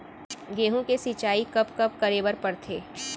गेहूँ के सिंचाई कब कब करे बर पड़थे?